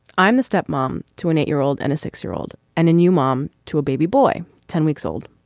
i'm the step mom to an eight year old and a six year old and a new mom to a baby boy ten weeks old.